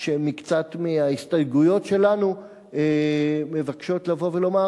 שמקצת מההסתייגויות שלנו מבקשות לבוא ולומר: